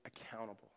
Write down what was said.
accountable